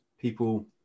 people